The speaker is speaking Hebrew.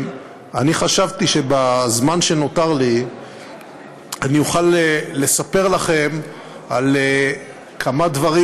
אני חשבתי שבזמן שנותר לי אני אוכל לספר לכם על כמה דברים